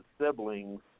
siblings